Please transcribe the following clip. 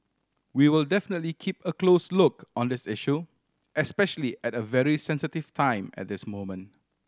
we will definitely keep a close look on this issue especially at a very sensitive time at this moment